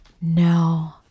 No